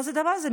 מה זה הדבר הזה?